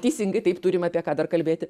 teisingai taip turim apie ką dar kalbėti